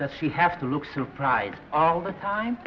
that she have to look surprised all the time